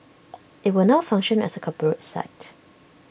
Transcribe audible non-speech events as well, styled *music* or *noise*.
*noise* IT will now function as A corporate site